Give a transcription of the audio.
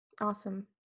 Awesome